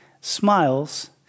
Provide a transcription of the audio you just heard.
smiles